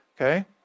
Okay